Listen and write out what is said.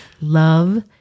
Love